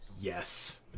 yes